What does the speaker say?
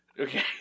Okay